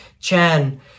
Chan